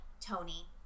Tony